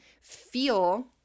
feel